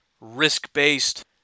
risk-based